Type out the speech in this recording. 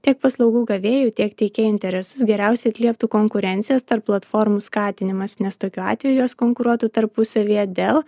tiek paslaugų gavėjų tiek teikėjų interesus geriausiai atlieptų konkurencijos tarp platformų skatinimas nes tokiu atveju jos konkuruotų tarpusavyje dėl